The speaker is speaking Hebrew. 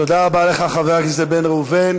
תודה רבה לך, חבר הכנסת בן ראובן.